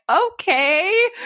okay